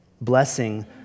blessing